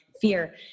fear